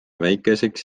väikeseks